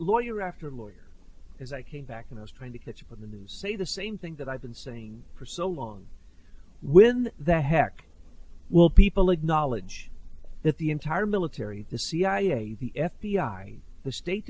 lawyer after lawyer as i came back and i was trying to catch up on the news say the same thing that i've been saying for so long when the heck will people acknowledge that the entire military the cia the f b i the state